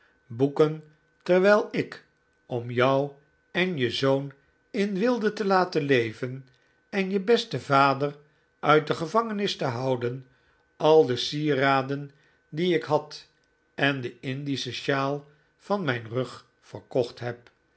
boeken terwijl ik om jou en je zoon in weelde te laten leven en je besten vader uit de gevangenis te houden al de sieraden die ik had en de indische sjaal van mijn rug verkocht heb